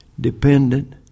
dependent